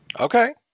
Okay